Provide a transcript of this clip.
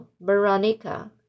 Veronica